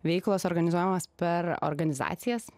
veiklos organizuojamos per organizacijas